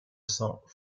cents